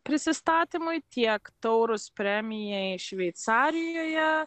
prisistatymui tiek taurūs premijai šveicarijoje